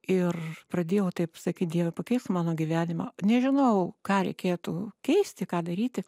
ir pradėjau taip sakyt dieve pakeisk mano gyvenimą nežinau ką reikėtų keisti ką daryti